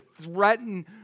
threaten